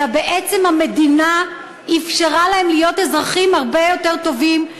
אלא בעצם המדינה אפשרה להם להיות אזרחים הרבה יותר טובים,